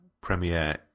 premiere